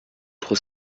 trop